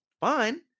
fine